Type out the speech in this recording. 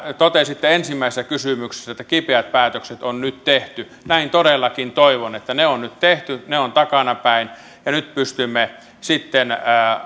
totesitte ensimmäisessä kysymyksessä että kipeät päätökset on nyt tehty näin todellakin toivon että ne on nyt tehty ne ovat takanapäin ja nyt pystymme sitten